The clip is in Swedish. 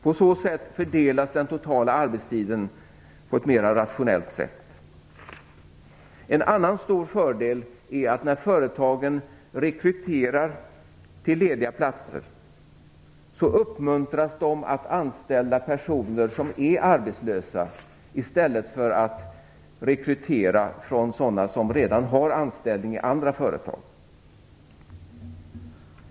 På så sätt fördelas den totala arbetstiden på ett mera rationellt sätt. En annan stor fördel är att när företagen rekryterar till lediga platser så uppmuntras de att anställa personer som är arbetslösa i stället för att rekrytera sådana som redan har anställning i andra företag.